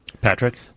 Patrick